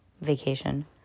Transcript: vacation